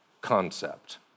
concept